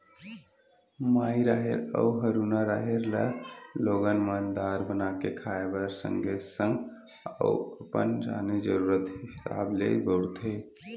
माई राहेर अउ हरूना राहेर ल लोगन मन दार बना के खाय बर सगे संग अउ अपन आने जरुरत हिसाब ले बउरथे